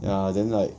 ya then like